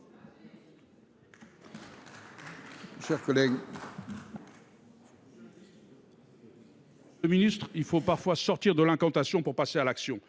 chers collègues